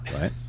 right